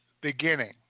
beginning